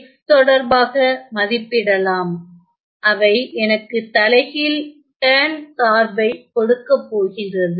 x தொடர்பாக மதிப்பிடலாம் அவை எனக்கு தலைகீழ் டேன் சார்பை கொடுக்கப் போகின்றது